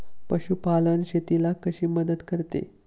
पशुपालन शेतीला कशी मदत करते?